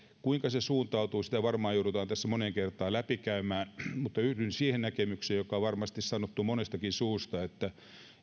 kuinka se suuntautuu sitä varmaan joudutaan tässä moneen kertaan läpikäymään mutta yhdyn siihen näkemykseen joka on varmasti sanottu monestakin suusta että